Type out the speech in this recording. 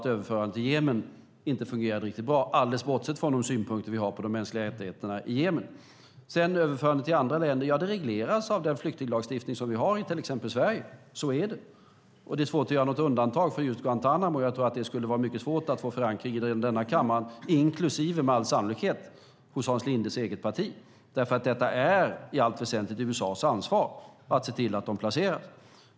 Överförandet till Jemen fungerade inte riktigt bra alldeles bortsett de synpunkter vi har på de mänskliga rättigheterna i Jemen. Överförandet till andra länder regleras av den flyktinglagstiftning som vi har i till exempel Sverige. Så är det. Det är svårt att göra något undantag för just Guantánamo. Jag tror att det skulle vara mycket svårt att få förankring för det i denna kammare inklusive med all sannolikhet hos Hans Lindes eget parti. Det är i allt väsentligt USA:s ansvar att se till att de placeras.